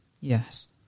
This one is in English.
Yes